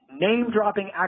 name-dropping